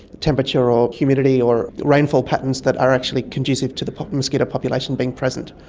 temperature or humidity or rainfall patterns that are actually conducive to the mosquito population being present.